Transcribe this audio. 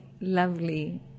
lovely